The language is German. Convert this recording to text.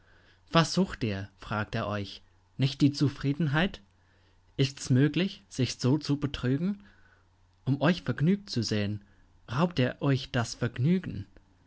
was sucht ihr fragt er euch nicht die zufriedenheit ists möglich sich so zu betrügen um euch vergnügt zu sehn raubt ihr euch das vergnügen